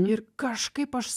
ir kažkaip aš